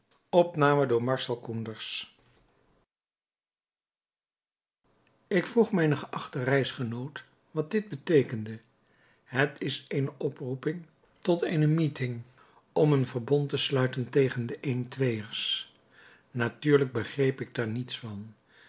ik vroeg mijnen geachten reisgenoot wat dit beteekende het is eene oproeping tot eene meeting om een verbond te sluiten tegen de eentweeërs natuurlijk begreep ik daar niets van